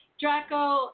Draco